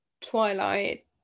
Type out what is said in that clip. Twilight